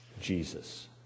Jesus